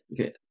okay